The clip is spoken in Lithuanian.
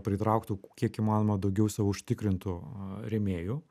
pritrauktų kiek įmanoma daugiau savo užtikrintų rėmėjų